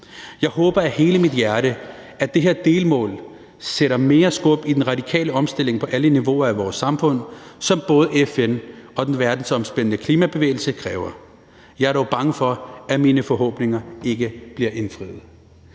Jeg håber af hele mit hjerte, at det her delmål sætter mere skub i den radikale omstilling på alle niveauer af vores samfund, som både FN og den verdensomspændende klimabevægelse kræver. Jeg er dog bange for, at mine forhåbninger ikke bliver indfriet.